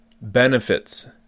benefits